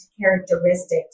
characteristics